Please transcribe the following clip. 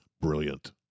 Brilliant